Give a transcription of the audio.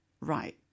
right